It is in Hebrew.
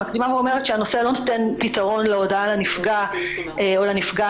ואומרת שהנושא לא נותן פתרון להודעה לנפגע או לנפגעת